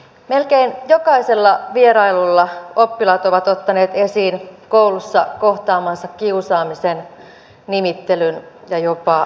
melkein jokaisella vierailulla oppilaat ovat ottaneet esiin koulussa kohtaamansa kiusaamisen nimittelyn ja jopa väkivallan